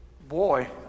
boy